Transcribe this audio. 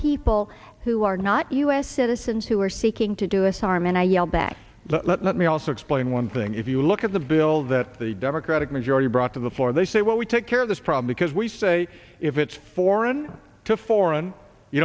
people who are not us citizens who are seeking to do us harm and i yelled back let me also explain one thing if you look at the bill that the democratic majority brought to the floor they say well we take care of this problem because we say if it's foreign to foreign you